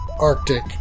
arctic